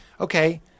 Okay